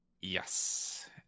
yes